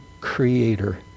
creator